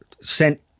sent